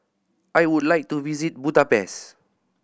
I would like to visit Budapest